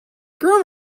grow